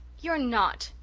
you're not!